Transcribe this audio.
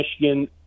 Michigan